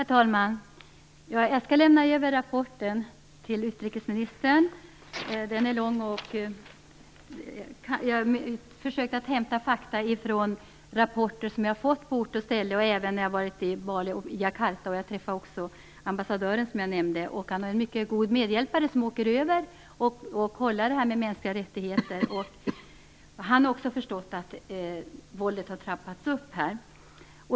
Herr talman! Jag skall lämna över den långa rapporten till utrikesministern. Jag har försökt hämta fakta i rapporter som jag fått på ort och ställe, även då jag varit på Bali och i Jakarta. Jag har, som sagt, också träffat ambassadören, som har en mycket god medhjälpare som åker över och kontrollerar hur det förhåller sig när det gäller de mänskliga rättigheterna. Han har också förstått att våldet trappats upp.